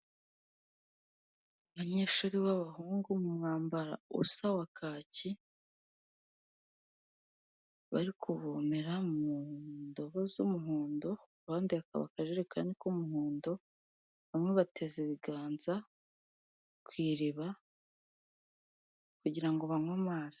Abanyeshuri b'abahungu mu mwambaro usa wa kaki, bari kuvomera mu ndobo z'umuhondo, abandi hakaba akajerekani k'umuhondo, bamwe bateze ibiganza ku iriba kugira ngo banywe amazi.